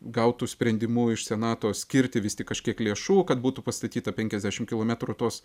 gautu sprendimu iš senato skirti vis tik kažkiek lėšų kad būtų pastatyta penkiasdešim kilometrų tos